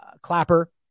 Clapper